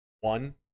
one